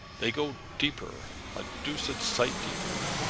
they go deeper a doosed sight deeper.